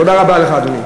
תודה רבה לך, אדוני.